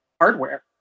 hardware